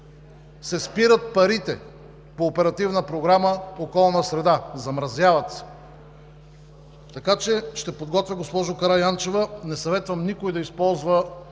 се спират парите по Оперативна програма „Околна среда“, замразяват се. Така че ще подготвя, госпожо Караянчева… Не съветвам никого да използва